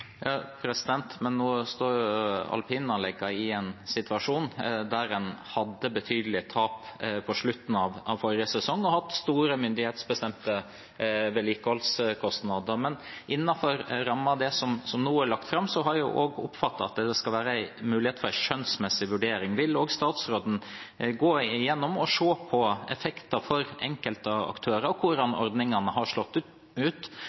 Men nå står alpinanleggene i en situasjon der en hadde betydelige tap på slutten av forrige sesong, og de har hatt store myndighetsbestemte vedlikeholdskostnader. Innenfor rammen av det som nå er lagt fram, har jeg også oppfattet at det skal være mulighet for en skjønnsmessig vurdering. Vil statsråden gå igjennom og se på effekter for enkeltaktører – hvordan ordningen har slått ut